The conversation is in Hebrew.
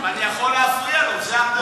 אבל אני יכול להפריע לו, זה הדמוקרטיה.